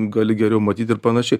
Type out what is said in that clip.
gali geriau matyti ir panašiai